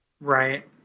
Right